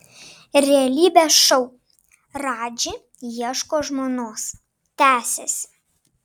realybės šou radži ieško žmonos tęsiasi